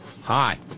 hi